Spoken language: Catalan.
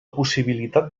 possibilitat